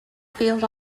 field